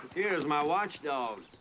here as my watchdog.